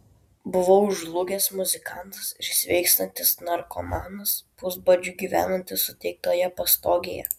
buvau žlugęs muzikantas ir sveikstantis narkomanas pusbadžiu gyvenantis suteiktoje pastogėje